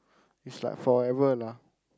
it's like forever lah